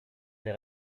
des